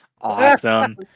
awesome